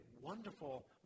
wonderful